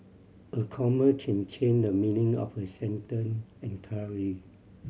a comma can change the meaning of a sentence entirely